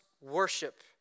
worship